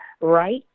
right